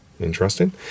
Interesting